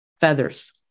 feathers